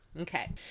Okay